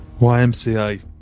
YMCA